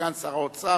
סגן שר האוצר,